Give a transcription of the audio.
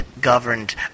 governed